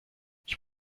ich